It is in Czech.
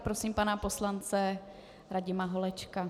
Prosím pana poslance Radima Holečka.